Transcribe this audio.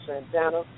Santana